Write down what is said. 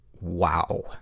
Wow